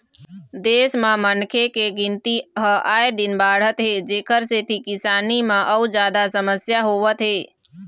देश म मनखे के गिनती ह आए दिन बाढ़त हे जेखर सेती किसानी म अउ जादा समस्या होवत हे